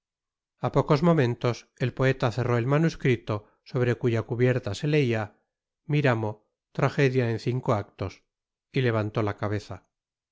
a pocos momentos el poeta cerró el manuscrito sobre cuya cubierta se leia miramo tragedia en cinco ac to y levantó la cabeza